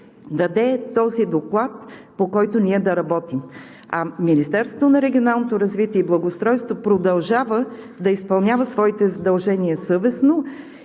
даде този доклад, по който ние да работим. Министерството на регионалното развитие и благоустройството продължава да изпълнява своите задължение съвестно